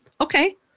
Okay